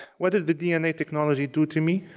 what did the dna technology do to me,